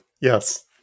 Yes